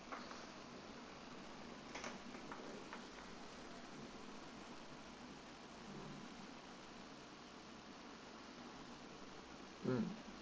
um